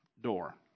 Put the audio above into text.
door